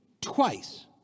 twice